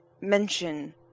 mention